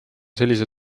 sellise